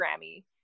Grammy